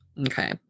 Okay